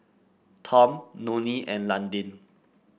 Tom Nonie and Londyn